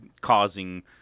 causing